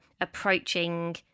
approaching